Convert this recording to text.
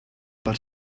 per